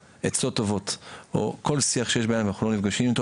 עצות טובות או כל שיח שיש בינינו ואנחנו לא נפגשים איתו.